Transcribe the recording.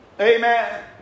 Amen